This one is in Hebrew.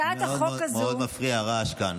מאוד מאוד מפריע הרעש כאן,